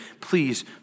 Please